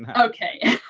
um okay.